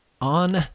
on